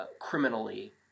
criminally